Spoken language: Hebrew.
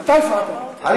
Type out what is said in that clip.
אל תהיה חצוף.